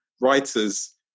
writers